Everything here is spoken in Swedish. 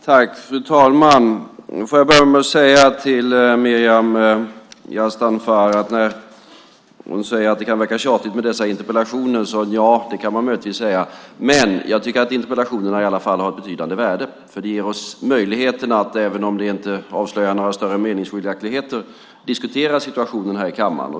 Fru talman! Man kan möjligtvis säga, Maryam Yazdanfar, att det kan verka tjatigt med dessa interpellationer, men jag tycker att interpellationerna har ett betydande värde. De ger oss möjligheten, även om de inte avslöjar några större meningsskiljaktigheter, att diskutera situationen i kammaren.